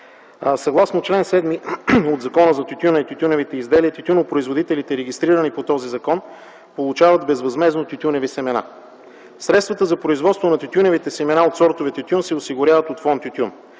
Съгласно чл. 7 от Закона за тютюна и тютюневите изделия тютюнопроизводителите, регистрирани по този закон, получават безвъзмездно тютюневи семена. Средствата за производство на тютюневите семена от сортове тютюн се осигуряват от Фонд „Тютюн”.